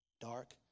dark